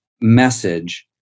message